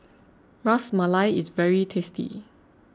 Ras Malai is very tasty